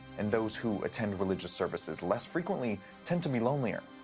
and those who attend religious services less frequently tend to be lonelier.